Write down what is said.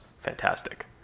fantastic